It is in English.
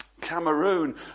Cameroon